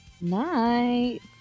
Night